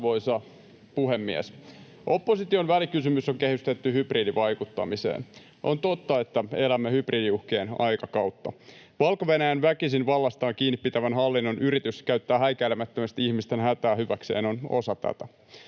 Arvoisa puhemies! Opposition välikysymys on kehystetty hybridivaikuttamiseen. On totta, että elämme hybridiuhkien aikakautta. Valko-Venäjän väkisin vallastaan kiinni pitävän hallinnon yritys käyttää häikäilemättömästi ihmisten hätää hyväkseen on osa tätä.